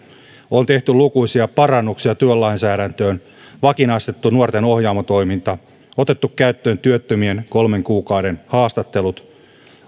on tehty lukuisia parannuksia työlainsäädäntöön vakinaistettu nuorten ohjaamo toiminta otettu käyttöön työttömien kolmen kuukauden haastattelut